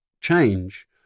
change